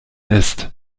ist